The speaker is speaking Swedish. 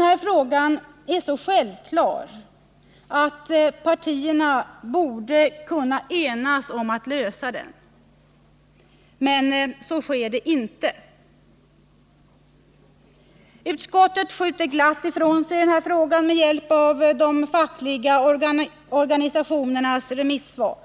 Partierna borde självklart kunna enas om att lösa denna fråga. Men så sker inte. Utskottet skjuter glatt ifrån sig frågan med hjälp av de fackliga organisationernas remissvar.